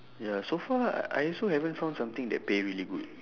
ya so far I also haven't found something that pay really good